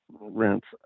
rents